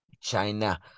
China